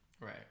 Right